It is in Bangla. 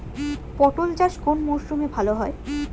পটল চাষ কোন মরশুমে ভাল হয়?